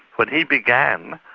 when he began,